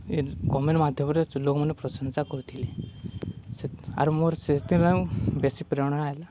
ଇ comment ମାଧ୍ୟମ୍ରେ ଲୋକ୍ମାନେ ପ୍ରଶଂସା କରିଥିଲେ ଆରୁ ମୋର୍ ସେଥିରୁ ବେଶୀ ପ୍ରେରଣା ହେଲା